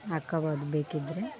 ಹಾಕಬೌದು ಬೇಕಿದ್ರೆ